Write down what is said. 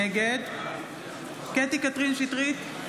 נגד קטי קטרין שטרית,